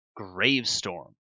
Gravestorm